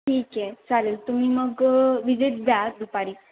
ठीक आहे चालेल तुम्ही मग विजिट द्या दुपारी